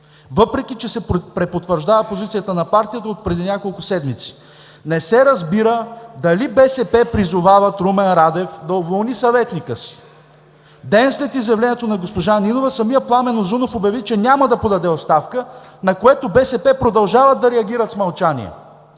въпреки че се препотвърждава позицията на партията отпреди няколко седмици. Не се разбира дали БСП призовават Румен Радев да уволни съветника си. Ден след изявлението на госпожа Нинова самият Пламен Узунов обяви, че няма да подаде оставка, на което БСП продължават да реагират с мълчание.